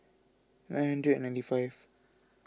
nine hundred and ninety five